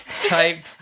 type